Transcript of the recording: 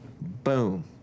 boom